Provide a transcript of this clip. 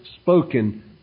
spoken